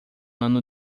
ano